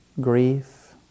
Grief